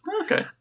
Okay